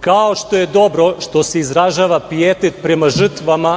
kao što je dobro što se izražava pijetet prema žrtvama